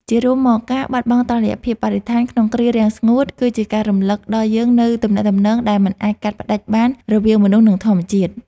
ជារួមមក ការបាត់បង់តុល្យភាពបរិស្ថានក្នុងគ្រារាំងស្ងួត គឺជាការរំលឹកដល់យើងនូវទំនាក់ទំនងដែលមិនអាចកាត់ផ្ដាច់បានរវាងមនុស្ស និងធម្មជាតិ។